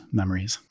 memories